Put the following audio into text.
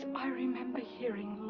i remember hearing